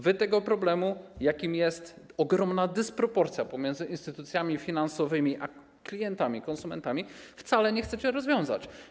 Wy tego problemu, jakim jest ogromna dysproporcja pomiędzy instytucjami finansowymi a klientami, konsumentami, wcale nie chcecie rozwiązać.